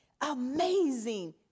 amazing